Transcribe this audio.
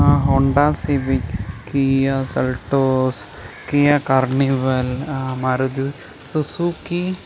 Honda Civic Kia Seltos Kia Carnival മറ്ത് Suzuki